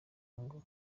ngo